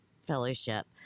fellowship